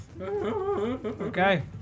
Okay